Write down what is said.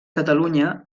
catalunya